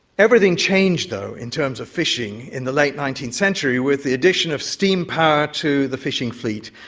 everything changed though in terms of fishing in the late nineteenth century with the addition of steam power to the fishing fleet,